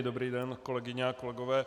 Dobrý den, kolegyně a kolegové.